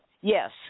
Yes